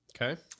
Okay